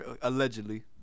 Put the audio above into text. allegedly